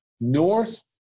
north